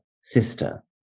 sister